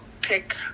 pick